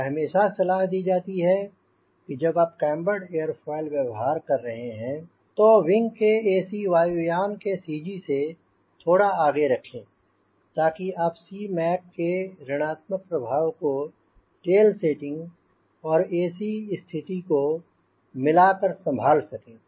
यह हमेशा सलाह दी जाती है कि जब आप केम्बरड एयरफॉयल व्यवहार कर रहे हैं तो विंग के ac वायुयान के CG से थोड़ा आगे रखें ताकि आप Cmac के ऋण आत्मक प्रभाव को टेल सेटिंग और ac स्थिति को मिलाकर संभाल सकें